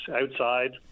outside